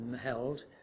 held